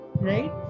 right